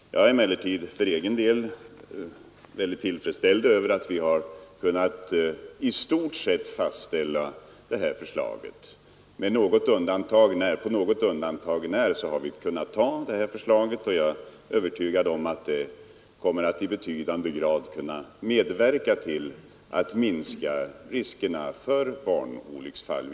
Jag är emellertid för egen del väldigt tillfredställd över att vi har kunnat i stort sett fastställa planverkets förslag och jag är övertygad om att det kommer att i betydande grad medverka till att minska riskerna för barnolycksfall.